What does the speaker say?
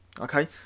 Okay